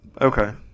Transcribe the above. Okay